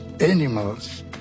animals